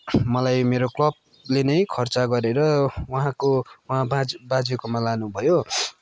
मलाई मेरो क्लबले नै खर्च गरेर उहाँको उहाँ बाजे बाजेकोमा लानुभयो